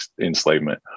enslavement